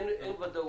אין ודאות.